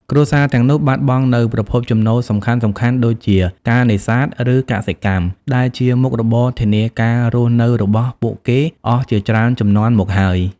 គ្រួសារទាំងនោះបាត់បង់នូវប្រភពចំណូលសំខាន់ៗ ដូចជាការ នេសាទ ឬ កសិកម្ម ដែលជាមុខរបរធានាការរស់នៅរបស់ពួកគេអស់ជាច្រើនជំនាន់មកហើយ។